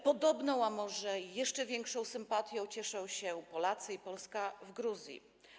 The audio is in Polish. Podobną, a może jeszcze większą sympatią cieszą się Polacy i Polska w Gruzji.